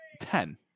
Ten